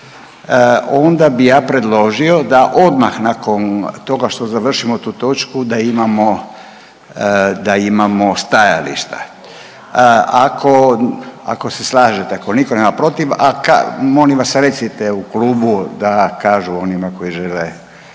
onda bi ja predložio da odmah nakon toga što završimo tu točku da imamo, da imamo stajališta. Ako, ako se slažete, ako nitko nema protiv, a kad, molim vas, recite u klubu da kažu onima koji žele,